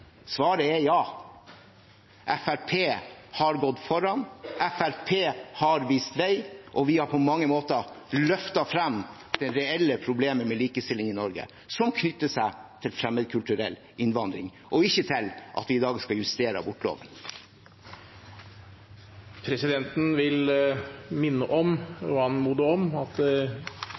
svaret er ja – Fremskrittspartiet har gått foran. Fremskrittspartiet har vist vei, og vi har på mange måter løftet frem det reelle problemet med likestilling i Norge, som knytter seg til fremmedkulturell innvandring og ikke til at vi i dag skal justere abortloven. Presidenten vil minne om og anmode om at